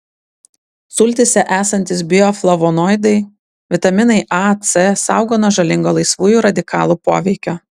sultyse esantys bioflavonoidai vitaminai a c saugo nuo žalingo laisvųjų radikalų poveikio